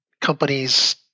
companies